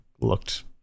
looked